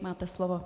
Máte slovo.